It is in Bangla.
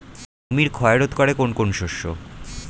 জমির ক্ষয় রোধ করে কোন কোন শস্য?